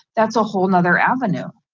that's a whole nother avenue.